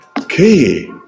Okay